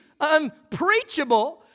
unpreachable